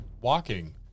walking